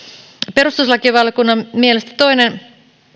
perustuslakivaliokunnan mielestä toinen